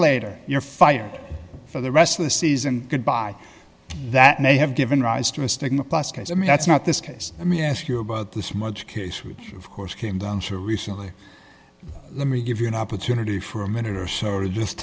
later you're fired for the rest of the season goodbye that may have given rise to a stigma plus case i mean that's not this case let me ask you about this murder case who of course came down to recently let me give you an opportunity for a minute or so to just